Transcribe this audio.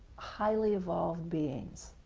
highly evolved beings,